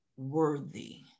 worthy